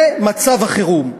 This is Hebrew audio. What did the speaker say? זה מצב החירום.